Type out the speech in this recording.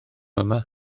yma